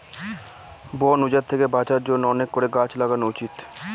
বন উজাড় থেকে বাঁচার জন্য অনেক করে গাছ লাগানো উচিত